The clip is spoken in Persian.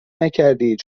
نکردید